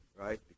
right